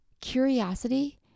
curiosity